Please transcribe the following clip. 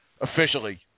officially